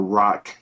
rock